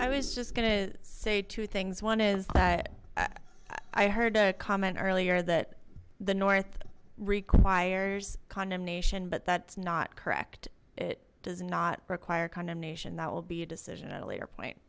i was just gonna say two things one is that i heard a comment earlier that the north requires condemnation but that's not correct it does not require condemnation that will be a decision at a later p